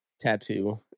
tattoo